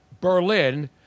Berlin